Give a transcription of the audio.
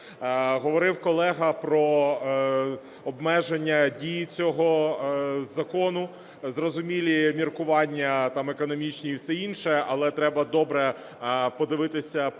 говорив колега про обмеження дії цього закону, зрозумілі міркування там економічні і все інше, але треба добре подивитися по